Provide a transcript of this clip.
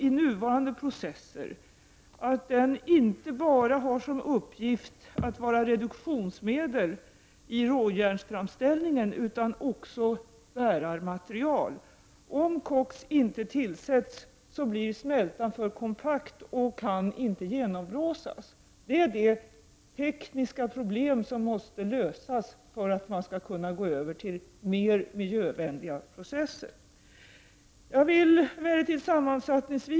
I nuvarande processer har koksen inte bara som uppgift att vara reduktionsmedel vid råjärnsframställningen utan också som bärarmaterial. Om koks inte tillsätts blir smältan för kompakt och kan inte genomblåsas. Det är det tekniska problem som måste lösas för att man skall kunna gå över till mer miljövänliga processer.